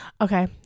okay